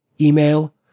email